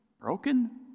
broken